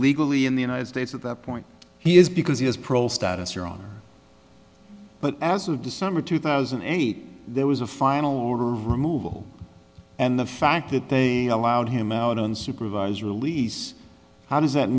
legally in the united states at that point he is because he is pro status your honor but as of december two thousand and eight there was a final order removal and the fact that they allowed him out on supervised release how does that